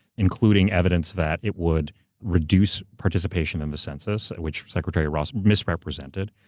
including evidence that it would reduce participation on the census, which secretary ross misrepresented.